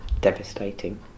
Devastating